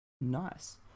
Nice